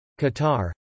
Qatar